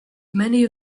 many